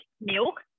milk